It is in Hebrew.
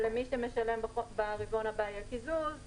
ולמי שמשלם ברבעון הבא יהיה קיזוז.